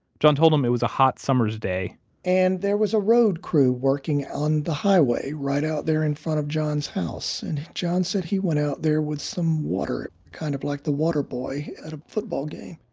john told him it was a hot summer's day and there was a road crew working on the highway right out there in front of john's house. and john said he went out there with some water, kind of like the water boy at a football game.